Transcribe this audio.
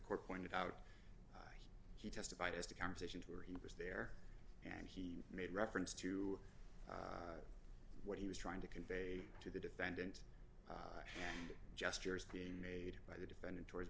court pointed out he testified as to conversations where he was there he made reference to what he was trying to convey to the defendant hand gestures being made by the defendant towards